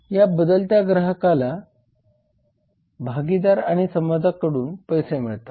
आणि त्या बदल्यात त्याला ग्राहक भागीदार आणि समाजाकडून पैसे मिळतात